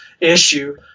issue